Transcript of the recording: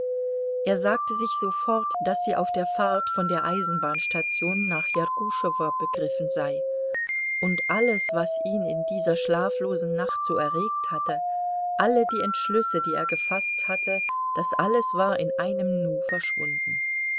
er sagte sich sofort daß sie auf der fahrt von der eisenbahnstation nach jerguschowo begriffen sei und alles was ihn in dieser schlaflosen nacht so erregt hatte alle die entschlüsse die er gefaßt hatte das alles war in einem nu verschwunden